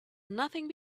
nothing